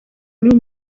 n’uyu